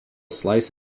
slice